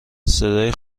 صدای